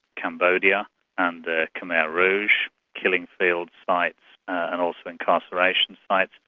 cambodia and the khmer rouge killing field sites and also incarceration sites.